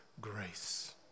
grace